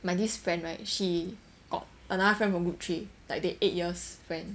my this friend right she got another friend from group three like they eight years friend